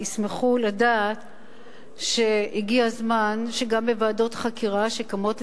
ישמחו לדעת שהגיע הזמן שגם בוועדות חקירה שקמות,